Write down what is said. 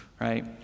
Right